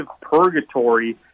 purgatory